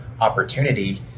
opportunity